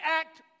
act